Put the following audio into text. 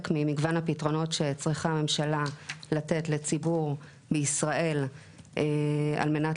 ממגוון הפתרונות שצריכה הממשלה לתת לציבור בישראל על מנת